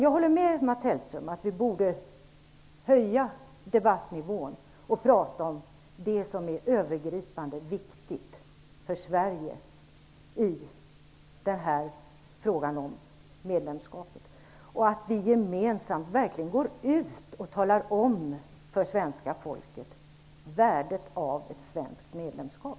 Jag håller med Mats Hellström om att vi borde höja debattnivån och prata om det som är övergripande viktigt för Sverige i frågan om medlemskapet. Vi borde verkligen gå ut gemensamt och för svenska folket tala om värdet av ett svenskt medlemskap.